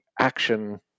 action